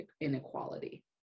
inequality